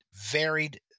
varied